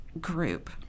group